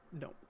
No